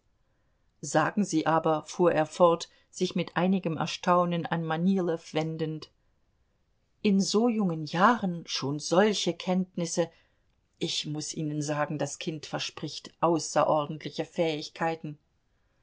sagen sie aber fuhr er fort sich mit einigem erstaunen an manilow wendend in so jungen jahren schon solche kenntnisse ich muß ihnen sagen das kind verspricht außerordentliche fähigkeiten